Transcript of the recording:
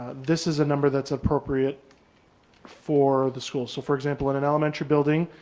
this is a number that's appropriate for the school. so for example, in an elementary building,